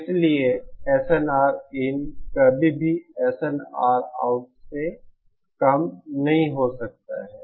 इसलिए SNRin कभी भी SNRout से कम नहीं हो सकता है